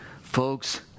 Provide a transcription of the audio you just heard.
Folks